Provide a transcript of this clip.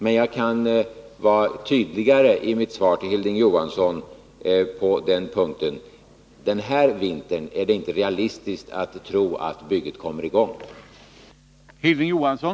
Men jag kan vara tydligare i mitt svar till Hilding Johansson på den punkten: Det är inte realistiskt att tro att bygget kommer i gång den här vintern.